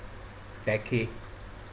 decade